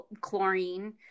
chlorine